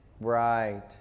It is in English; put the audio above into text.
Right